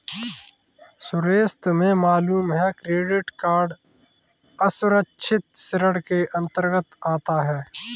सुरेश तुम्हें मालूम है क्रेडिट कार्ड असुरक्षित ऋण के अंतर्गत आता है